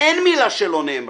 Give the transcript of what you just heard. אין מילה שלא נאמרה.